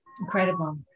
incredible